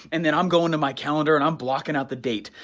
and and i'm going to my calendar and i'm blocking out the date.